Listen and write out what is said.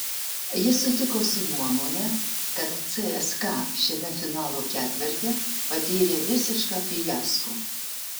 jis sutiko su nuomone kad cska šiame finalo ketverte patyrė visišką fiasko